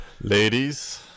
Ladies